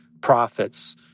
profits